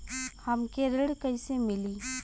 हमके ऋण कईसे मिली?